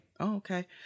okay